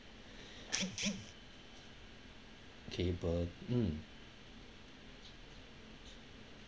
cable mm